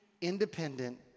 independent